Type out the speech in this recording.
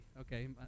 Okay